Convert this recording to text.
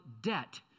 debt